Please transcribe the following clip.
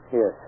Yes